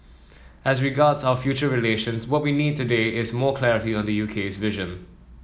as regards our future relations what we need today is more clarity on the U K's vision